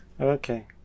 Okay